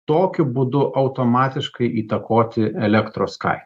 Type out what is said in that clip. tokiu būdu automatiškai įtakoti elektros kainą